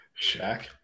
Shaq